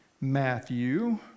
Matthew